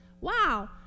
Wow